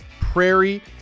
prairie